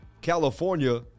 California